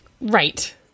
right